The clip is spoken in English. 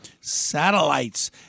Satellites